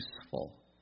useful